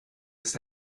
ist